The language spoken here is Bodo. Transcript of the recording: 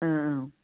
औ